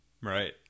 right